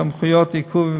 סמכויות עיכוב,